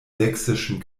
sächsischen